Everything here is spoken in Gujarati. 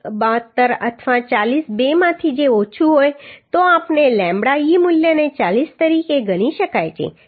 72 અથવા 40 બેમાંથી જે ઓછું હોય તો આપણે lambda e મૂલ્યને 40 તરીકે ગણી શકીએ ઠીક છે